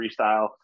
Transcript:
freestyle